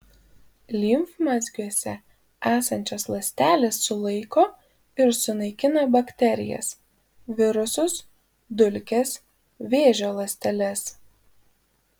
limfmazgiuose esančios ląstelės sulaiko ir sunaikina bakterijas virusus dulkes vėžio ląsteles